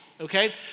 okay